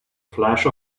flash